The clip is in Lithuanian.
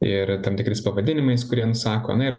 ir tam tikrais pavadinimais kurie sako